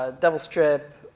ah devil strip,